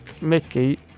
mickey